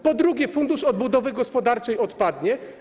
Po drugie, fundusz odbudowy gospodarczej odpadnie.